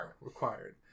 required